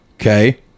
Okay